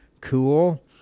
Cool